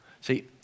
See